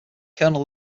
colonel